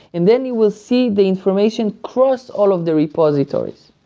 and then you will see the information cross all of the repositories.